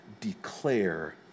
declare